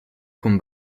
con